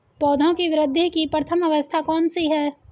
पौधों की वृद्धि की प्रथम अवस्था कौन सी है?